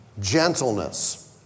gentleness